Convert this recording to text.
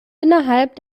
innerhalb